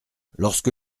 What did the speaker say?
lorsque